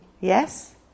yes